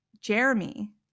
Jeremy